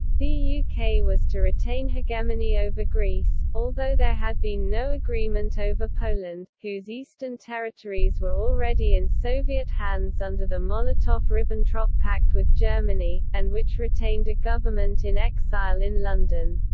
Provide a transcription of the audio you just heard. the yeah uk was to retain hegemony over greece, although there had been no agreement over poland, whose eastern territories were already in soviet hands under the molotov-ribbentrop pact with germany, and which retained a government in exile in london.